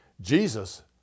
Jesus